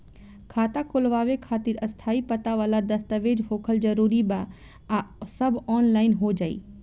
खाता खोलवावे खातिर स्थायी पता वाला दस्तावेज़ होखल जरूरी बा आ सब ऑनलाइन हो जाई?